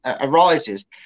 arises